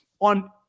on